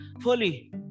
fully